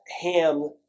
Ham